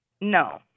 No